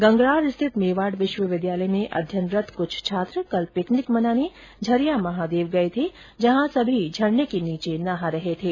गंगरार स्थित मेवाड़ विश्वविद्यालय में अध्ययनरत कुछ छात्र कल पिकनिक मनाने झरिया महादेव गए थे जहां सभी झरने के नीचे नहा रहे थे